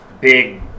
big